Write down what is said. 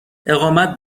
اقامت